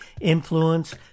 influence